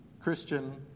Christian